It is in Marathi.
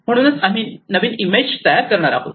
म्हणूनच आम्ही नवीन इमेज तयार करणार आहोत